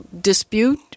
dispute